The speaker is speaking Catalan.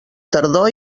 tardor